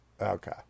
Okay